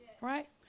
right